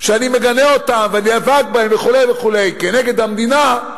שאני מגנה אותן ונאבק בהן וכו' וכו' כנגד המדינה,